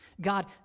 God